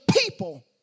people